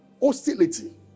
Hostility